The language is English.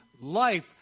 life